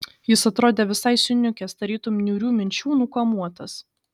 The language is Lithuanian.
jis atrodė visai suniukęs tarytum niūrių minčių nukamuotas